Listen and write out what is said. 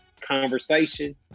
conversation